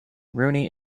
rooney